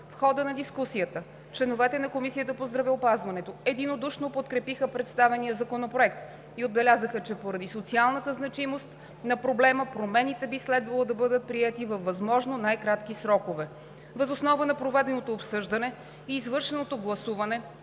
В хода на дискусията членовете на Комисията по здравеопазването единодушно подкрепиха представения законопроект и отбелязаха, че поради социалната значимост на проблема промените би следвало да бъдат приети във възможно най кратки срокове. Въз основа на проведеното обсъждане и извършеното гласуване